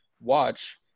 watch